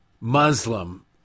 Muslim